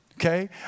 Okay